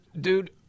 dude